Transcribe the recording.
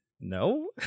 No